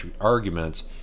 arguments